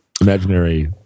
Imaginary